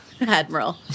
Admiral